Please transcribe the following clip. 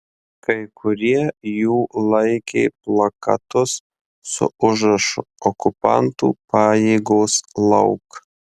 kai kurie jų laikė plakatus su užrašu okupantų pajėgos lauk